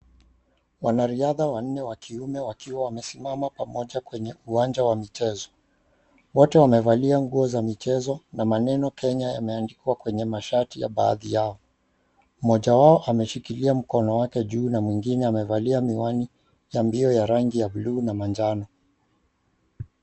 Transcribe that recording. Wanariadha wanne wa kiume wakiwa wamesimama pamoja kwenye uwanja wa mchezo. Wote wamevalia nguo za michezo, na maneno, Kenya yameandikwa kwenye mashati ya baadhi yao. Mmoja wao ameshikilia mkono wake juu, na mwingine amevalia miwani ya mbio ya rangi ya bluu na manjano.